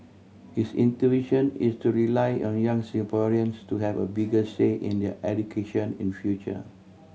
his intuition is to rely on young Singaporeans to have a bigger say in their education in future